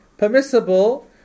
permissible